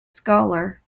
scholar